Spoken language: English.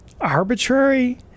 arbitrary